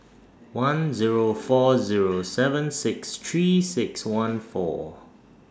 one Zero four Zero seven six three six one four